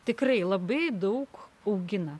tikrai labai daug augina